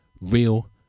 real